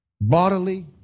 bodily